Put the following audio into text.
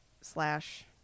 slash